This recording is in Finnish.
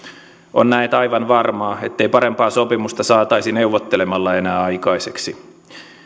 on näet aivan varmaa ettei parempaa sopimusta saataisi neuvottelemalla enää aikaiseksi